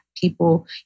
People